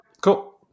Cool